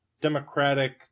democratic